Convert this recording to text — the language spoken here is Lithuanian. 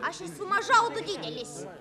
aš esu maža o tu didelis